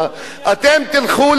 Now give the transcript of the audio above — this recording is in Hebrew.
אתם תלכו לשרת,